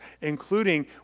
including